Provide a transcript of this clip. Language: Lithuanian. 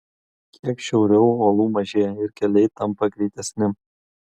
kiek šiauriau uolų mažėja ir keliai tampa greitesni